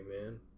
man